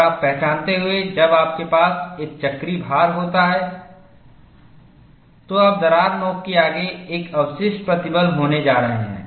और पहचानते हुए जब आपके पास एक चक्रीय भार होता है तो आप दरार नोक के आगे एक अवशिष्ट प्रतिबल होने जा रहे हैं